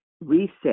Reset